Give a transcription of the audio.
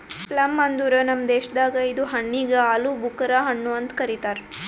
plum ಅಂದುರ್ ನಮ್ ದೇಶದಾಗ್ ಇದು ಹಣ್ಣಿಗ್ ಆಲೂಬುಕರಾ ಹಣ್ಣು ಅಂತ್ ಕರಿತಾರ್